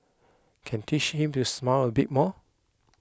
can teach him to smile a bit more